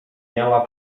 miała